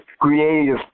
creative